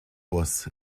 boss